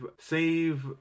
save